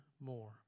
more